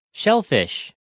Shellfish